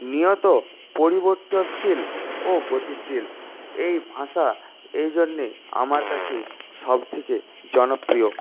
নিয়ত পরিবর্তনশীল ও গতিশীল এই ভাষা এই জন্যে আমার কাছে সবথেকে জনপ্রিয়